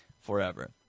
forever